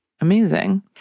Amazing